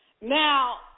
Now